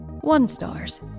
One-stars